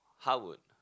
how would